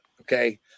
okay